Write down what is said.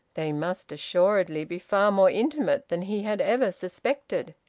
they must assuredly be far more intimate than he had ever suspected.